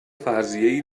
فرضیهای